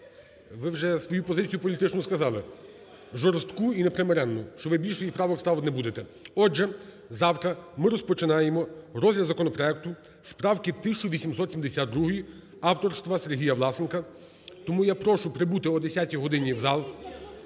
Ви вже свою позицію політичну сказали, жорстку і непримиренну, що ви більше їй правок ставити не будете. Отже, завтра ми розпочинаємо розгляд законопроекту з правки 1872, авторства Сергія Власенка. Тому я прошу прибути о 10 годині в зал,